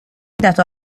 dato